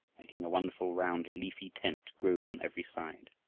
making a wonderful round leafy tent, grew on every side.